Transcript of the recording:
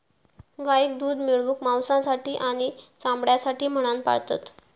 गाईक दूध मिळवूक, मांसासाठी आणि चामड्यासाठी म्हणान पाळतत